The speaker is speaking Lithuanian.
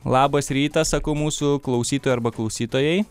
labas rytas sakau mūsų klausytojui arba klausytojai